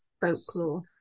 folklore